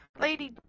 Lady